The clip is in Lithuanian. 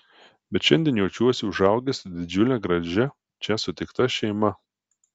bet šiandien jaučiuosi užaugęs su didžiule gražia čia sutikta šeima